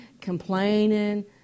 complaining